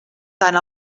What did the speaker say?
tant